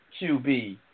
QB